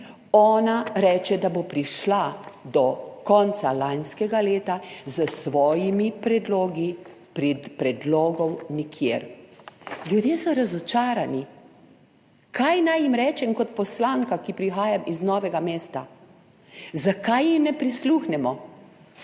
ona reče, da bo prišla do konca lanskega leta s svojimi predlogi. Predlogov nikjer. Ljudje so razočarani. Kaj naj jim rečem kot poslanka, ki prihajam iz Novega mesta? Zakaj jim ne prisluhnemo?